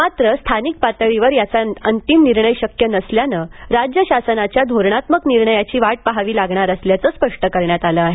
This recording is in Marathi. मात्र स्थानिक पातळीवर याचा अंतिम निर्णय शक्य नसल्यानं राज्य शासनाच्या धोरणात्मक निर्णयाची वाट पाहावी लागणार असल्याचं स्पष्ट करण्यात आलं आहे